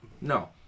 No